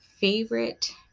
favorite